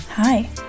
Hi